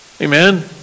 Amen